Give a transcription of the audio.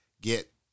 get